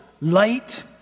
light